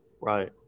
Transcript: Right